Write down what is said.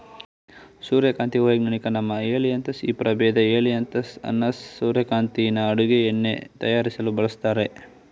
ಸೂರ್ಯಕಾಂತಿ ವೈಜ್ಞಾನಿಕ ನಾಮ ಹೆಲಿಯಾಂತಸ್ ಈ ಪ್ರಭೇದ ಹೆಲಿಯಾಂತಸ್ ಅನ್ನಸ್ ಸೂರ್ಯಕಾಂತಿನ ಅಡುಗೆ ಎಣ್ಣೆ ತಯಾರಿಸಲು ಬಳಸ್ತರೆ